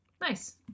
Nice